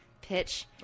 pitch